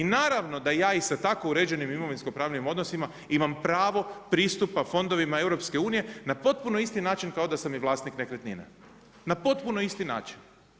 I naravno da i ja i sa tako određenim imovinsko pravnim odnosima imam pravo pristupa fondovima EU na potpuno isti način kao da sa i vlasnik nekretnine, na potpuno isti način.